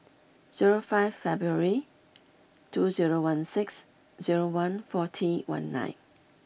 zero five February two zero one six zero one forty one nine